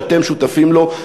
שאתם שותפים לו.